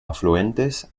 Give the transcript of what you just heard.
afluentes